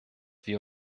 wir